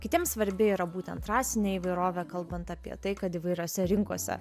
kitiems svarbi yra būtent rasinė įvairovę kalbant apie tai kad įvairiose rinkose